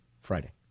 Friday